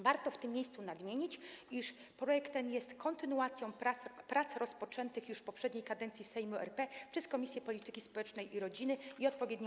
Warto w tym miejscu nadmienić, iż projekt ten jest kontynuacją prac rozpoczętych już w poprzedniej kadencji Sejmu RP przez Komisję Polityki Społecznej i Rodziny i odpowiednią